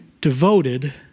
devoted